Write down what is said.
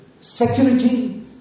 security